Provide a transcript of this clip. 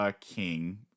king